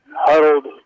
huddled